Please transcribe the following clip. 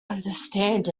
understand